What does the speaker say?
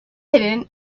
hidden